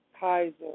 Kaiser